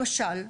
למשל,